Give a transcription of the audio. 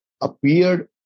appeared